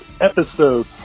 episode